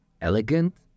elegant